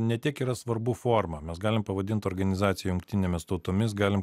ne tiek yra svarbu formą mes galim pavadint organizaciją jungtinėmis tautomis galim